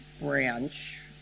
branch